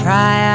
Try